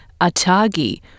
ATAGI